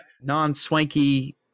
non-swanky